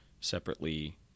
separately